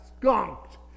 skunked